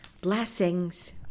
Blessings